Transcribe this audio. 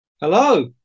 Hello